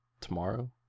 tomorrow